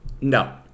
No